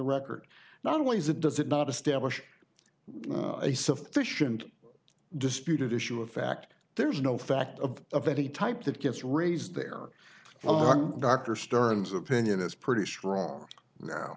record not only is it does it not establish a sufficient disputed issue of fact there is no fact of of any type that gets raised there dr stern's opinion is pretty strong now